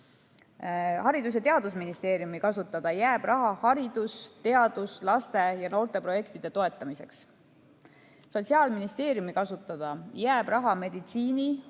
Haridus‑ ja Teadusministeeriumi kasutada jääb raha haridus‑, teadus‑, laste‑ ja noorteprojektide toetamiseks, Sotsiaalministeeriumi kasutada jääb raha meditsiini,